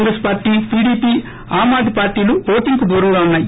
Congress party PDP Aam Aadmi పార్టీలు ఓటింగ్కు దూరంగా ఉన్నాయి